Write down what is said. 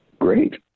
Great